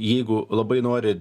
jeigu labai nori